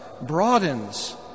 broadens